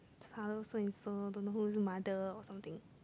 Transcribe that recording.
hello so and so don't know whose mother or something